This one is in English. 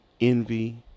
envy